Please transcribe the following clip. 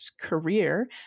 career